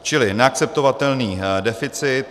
Čili neakceptovatelný deficit.